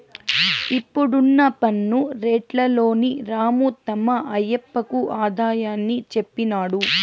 ఇప్పుడున్న పన్ను రేట్లలోని రాము తమ ఆయప్పకు ఆదాయాన్ని చెప్పినాడు